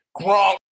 Gronk